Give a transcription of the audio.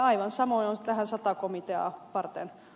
aivan samoin on sata komiteaa varten